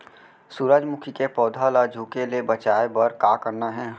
सूरजमुखी के पौधा ला झुके ले बचाए बर का करना हे?